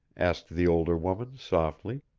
asked the older woman, softly.